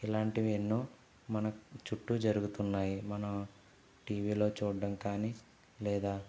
ఇలాంటివి ఎన్నో మన చుట్టూ జరుగుతున్నాయి మన టీవిలో చూడటం కానీ లేదా